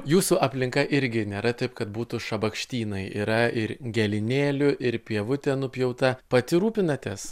jūsų aplinka irgi nėra taip kad būtų šabakštynai yra ir gėlynėlių ir pievutė nupjauta pati rūpinatės